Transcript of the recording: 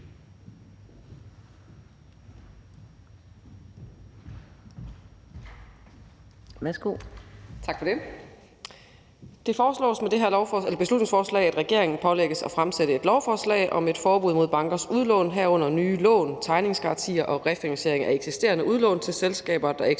Tak for det.